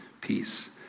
peace